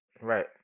Right